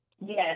Yes